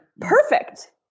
perfect